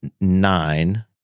nine